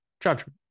judgment